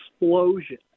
explosion